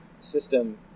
system